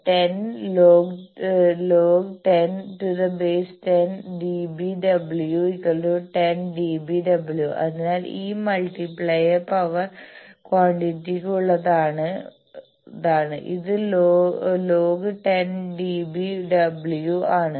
¿ 10 log10 dBW 10 dBW അതിനാൽ ഈ multiplier power ക്വാണ്ടിറ്റിക്കുള്ളതാണ് ഇത് ലോഗ് 10 dB w ആണ്